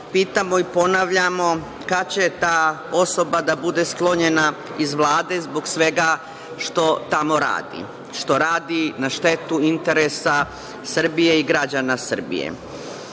pitamo i ponavljamo - kada će ta osoba da bude sklonjena iz Vlade zbog svega što tamo radi, što radi na štetu interesa Srbije i građana Srbije? Već